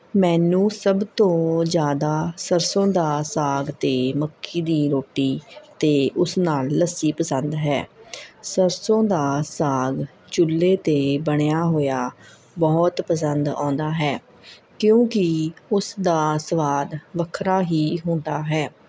ਮੈਨੂੰ ਸਭ ਤੋਂ ਜ਼ਿਆਦਾ ਸਰਸੋਂ ਦਾ ਸਾਗ ਅਤੇ ਮੱਕੀ ਦੀ ਰੋਟੀ ਅਤੇ ਉਸ ਨਾਲ ਲੱਸੀ ਪਸੰਦ ਹੈ ਸਰਸੋਂ ਦਾ ਸਾਗ ਚੁੱਲ੍ਹੇ 'ਤੇ ਬਣਿਆ ਹੋਇਆ ਬਹੁਤ ਪਸੰਦ ਆਉਂਦਾ ਹੈ ਕਿਉਂਕਿ ਉਸ ਦਾ ਸਵਾਦ ਵੱਖਰਾ ਹੀ ਹੁੰਦਾ ਹੈ